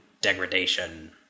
degradation